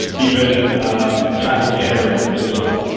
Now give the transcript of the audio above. even ah traffic generators as well